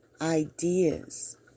ideas